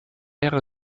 jahre